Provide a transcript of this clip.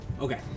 Okay